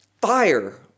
Fire